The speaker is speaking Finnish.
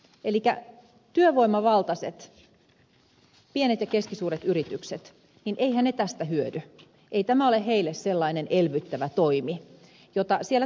elikkä eiväthän työvoimavaltaiset pienet ja keskisuuret yritykset tästä hyödy ei tämä ole heille sellainen elvyttävä toimi jota siellä tarvittaisiin